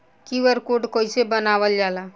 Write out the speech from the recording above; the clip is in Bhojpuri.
क्यू.आर कोड कइसे बनवाल जाला?